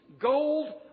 Gold